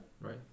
Right